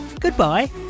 goodbye